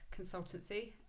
consultancy